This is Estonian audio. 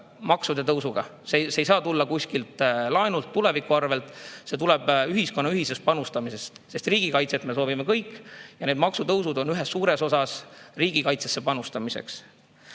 maksude tõusuga. See ei saa tulla tuleviku arvel. See tuleb ühiskonna ühisest panustamisest, sest riigikaitset me soovime kõik, ja need maksutõusud on ühes suures osas riigikaitsesse panustamiseks.